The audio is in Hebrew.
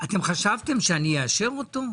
אתם חשבתם שאני אאשר אותו?